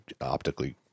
optically